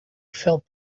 felt